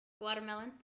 watermelon